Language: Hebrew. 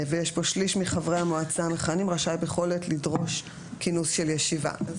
ויש פה שליש מחברי המועצה המכהנים רשאי בכל עת לדרוש כינוס של ישיבה.